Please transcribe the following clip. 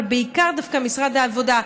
אבל בעיקר משרד העבודה,